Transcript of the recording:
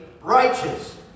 righteous